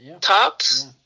tops